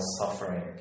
suffering